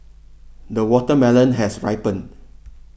the watermelon has ripened